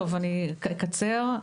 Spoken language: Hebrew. אני אקצר.